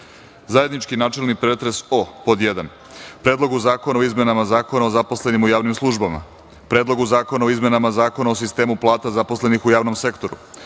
zajednički načelni pretres o: Predlogu zakona o izmenama Zakona o zaposlenima u javnim službama; Predlogu zakona o izmenama Zakona o sistemu plata zaposlenih u javnom sektoru;